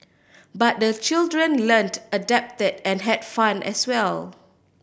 but the children learnt adapted and had fun as well